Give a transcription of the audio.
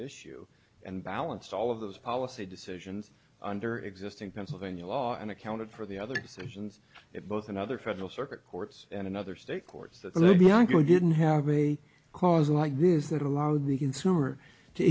issue and balanced all of those policy decisions under existing pennsylvania law and accounted for the other decisions that both another federal circuit courts and another state courts that the lubyanka didn't have a cause like this that allowed the consumer to